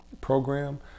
program